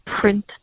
print